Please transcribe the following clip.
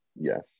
Yes